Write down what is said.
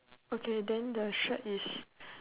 okay then the shirt is